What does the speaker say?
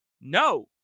no